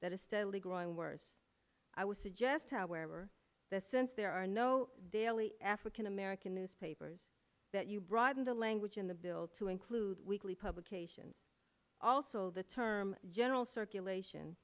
that is steadily growing worse i would suggest however that since there are no daily african american newspapers that you broaden the language in the bill to include weekly publication also the term general circulation